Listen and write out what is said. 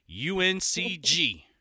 UNCG